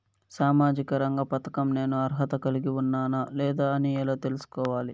సామాజిక రంగ పథకం నేను అర్హత కలిగి ఉన్నానా లేదా అని ఎలా తెల్సుకోవాలి?